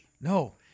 No